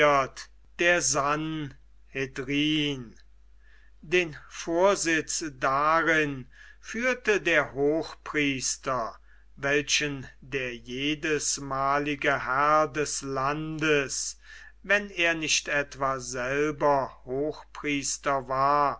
der sanhedrin den vorsitz darin führte der hochpriester welchen der jedesmalige herr des landes wenn er nicht etwa selber hochpriester war